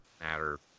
matter